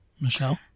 Michelle